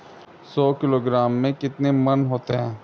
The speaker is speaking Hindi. सौ किलोग्राम में कितने मण होते हैं?